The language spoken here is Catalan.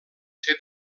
ser